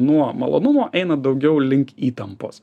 nuo malonumo eina daugiau link įtampos